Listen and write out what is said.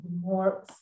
more